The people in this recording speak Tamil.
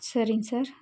சரிங்க சார்